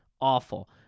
awful